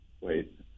Wait